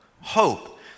hope